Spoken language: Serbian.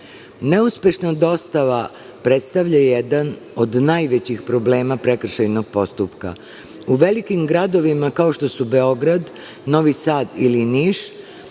dostava predstavlja jedan od najvećih problema prekršajnog postupka. U velikim gradovima, kao što su Beograd, Novi Sad ili Niš,